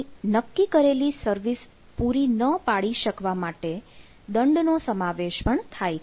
અહીં નક્કી કરેલી સર્વિસ પૂરી ન પાડી શકવા માટે દંડ નો સમાવેશ પણ થાય છે